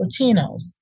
Latinos